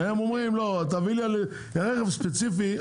שהם אומרים שצריך להביא תעודה על רכב ספציפי.